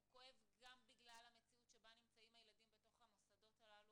הוא כואב גם בגלל המציאות שבה נמצאים הילדים בתוך המוסדות הללו,